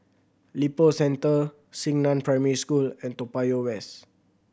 Lippo Centre Xingnan Primary School and Toa Payoh West